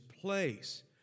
place